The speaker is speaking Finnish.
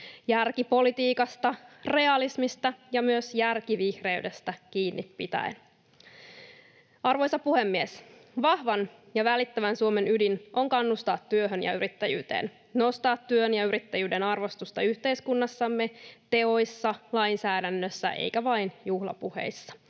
järkipolitiikasta, realismista ja myös järkivihreydestä kiinni pitäen. Arvoisa puhemies! Vahvan ja välittävän Suomen ydin on kannustaa työhön ja yrittäjyyteen, nostaa työn ja yrittäjyyden arvostusta yhteiskunnassamme, teoissa ja lainsäädännössä eikä vain juhlapuheissa.